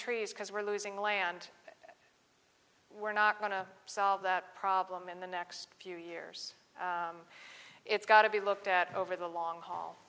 trees because we're losing the land we're not going to solve the problem in the next few years it's got to be looked at over the long haul